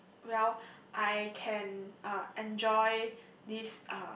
well I can uh enjoy this uh